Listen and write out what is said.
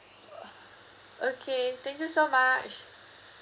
uh okay thank you so much